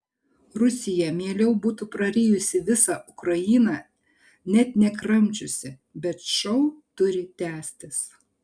rusija mieliau būtų prarijusi visą ukrainą net nekramčiusi bet šou turi tęstis